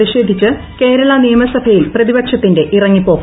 പ്രതിഷേധിച്ച് കേരളിനിയ്മസഭയിൽ പ്രതിപക്ഷത്തിന്റെ ഇറങ്ങിപ്പോക്ക്